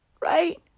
Right